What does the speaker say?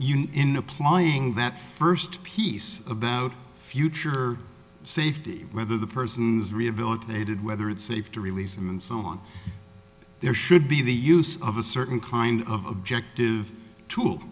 in applying that first piece about future safety whether the person is rehabilitated whether it's safe to release and so on there should be the use of a certain kind of objective tool